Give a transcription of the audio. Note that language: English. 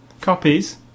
copies